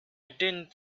didn’t